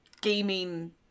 gaming